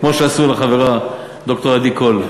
כמו שעשו לחברה ד"ר עדי קול.